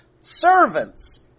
servants